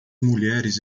mulheres